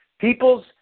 people's –